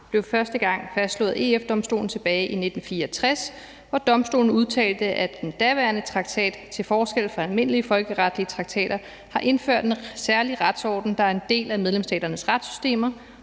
blev første gang fastslået af EF-Domstolen tilbage i 1964, hvor Domstolen udtalte, at den daværende traktat til forskel fra almindelige folkeretlige traktater har indført en særlig retsorden, der er en del af medlemsstaternes retssystemer,